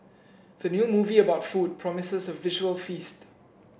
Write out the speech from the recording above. the new movie about food promises a visual feast